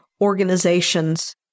organizations